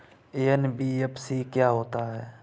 NBFC क्या होता है?